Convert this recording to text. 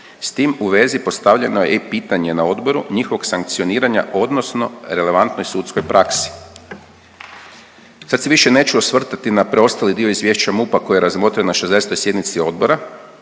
S tim u vezi postavljeno je i pitanje na odboru njihovog sankcioniranja, odnosno relevantnoj sudskoj praksi. Sad se više neću osvrtati na preostali dio izvješća MUP-a koji je razmotren na 60 sjednici odbora